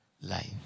life